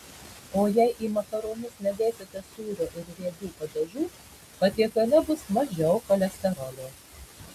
o jei į makaronus nedėsite sūrio ir riebių padažų patiekale bus mažiau cholesterolio